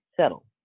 settle